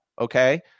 Okay